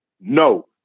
No